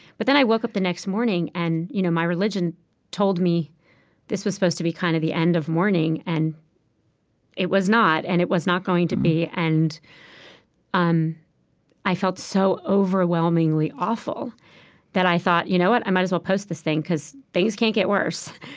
but then i woke up the next morning, and you know my religion told me this was supposed to be kind of the end of mourning. and it was not, and it was not going to be. and um i felt so overwhelmingly awful that i thought, you know what? i might as well post this thing because things can't get worse.